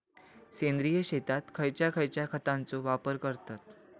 सेंद्रिय शेतात खयच्या खयच्या खतांचो वापर करतत?